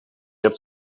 hebt